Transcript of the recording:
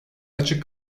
açık